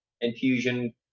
infusion